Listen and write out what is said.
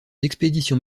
expéditions